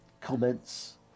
comments